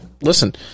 listen